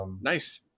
Nice